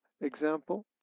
example